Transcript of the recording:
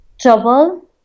trouble